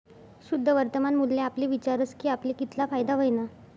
शुद्ध वर्तमान मूल्य आपले विचारस की आपले कितला फायदा व्हयना